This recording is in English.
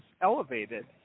elevated